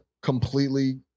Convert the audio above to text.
completely